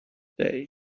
day